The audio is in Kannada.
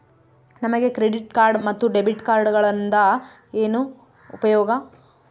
ನಮಗೆ ಕ್ರೆಡಿಟ್ ಕಾರ್ಡ್ ಮತ್ತು ಡೆಬಿಟ್ ಕಾರ್ಡುಗಳಿಂದ ಏನು ಉಪಯೋಗ?